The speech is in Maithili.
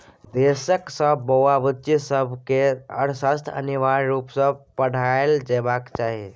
देशक सब बौआ बुच्ची सबकेँ अर्थशास्त्र अनिवार्य रुप सँ पढ़ाएल जेबाक चाही